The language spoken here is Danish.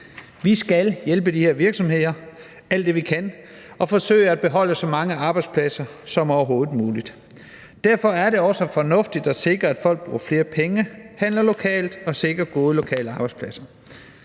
Vi skal hjælpe de her virksomheder alt det, vi kan, og forsøge at beholde så mange arbejdspladser som overhovedet muligt. Derfor er det også fornuftigt at sikre, at folk bruger flere penge og handler lokalt og sikrer gode lokale arbejdspladser.